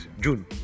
June